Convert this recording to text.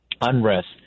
unrest